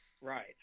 Right